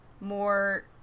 more